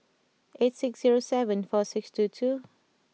eight six zero seven four six two two